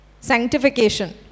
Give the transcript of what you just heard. sanctification